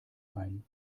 ein